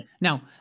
Now